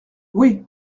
oui